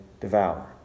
devour